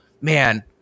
Man